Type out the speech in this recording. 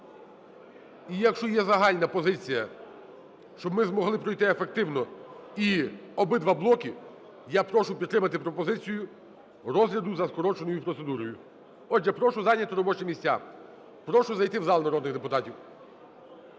І якщо є загальна позиція, щоб ми змогли пройти ефективно і обидва блоки, я прошу підтримати пропозицію розгляду за скороченою процедурою. Отже, прошу зайняти робочі місця. Прошу зайти в зал народних депутатів